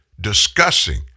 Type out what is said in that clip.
discussing